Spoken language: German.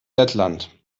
lettland